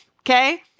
Okay